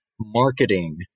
marketing